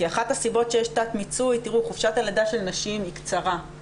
כי אחת הסיבות שיש תת מיצוי חופשת הלידה של נשים היא קצרה,